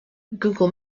google